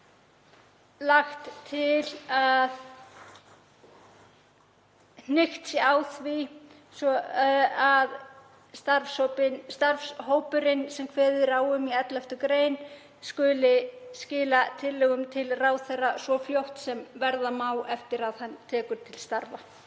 Þá er lagt til að hnykkt sé á því að starfshópurinn sem kveðið er á um í 11. gr. skuli skila tillögum til ráðherra svo fljótt sem verða má eftir að hann tekur til starfa.